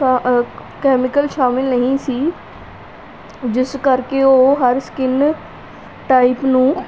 ਕਾ ਕੈਮੀਕਲ ਸ਼ਾਮਿਲ ਨਹੀਂ ਸੀ ਜਿਸ ਕਰਕੇ ਉਹ ਹਰ ਸਕਿਨ ਟਾਇਪ ਨੂੰ